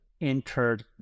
entered